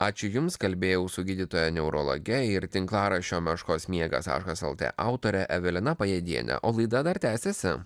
ačiū jums kalbėjau su gydytoja neurologe ir tinklaraščio meškos miegas taškas el t autore evelina pajėdiene o laida dar tęsiasi